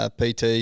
PT